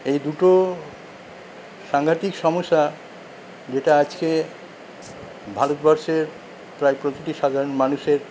এই দুটো সাংঘাতিক সমস্যা যেটা আজকে ভারতবর্ষের প্রায় প্রতিটি সাধারণ মানুষের